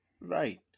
right